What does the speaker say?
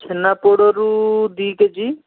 ଛେନାପୋଡ଼ରୁ ଦୁଇ କେଜି